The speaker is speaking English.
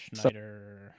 Schneider